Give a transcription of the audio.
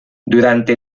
durante